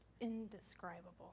indescribable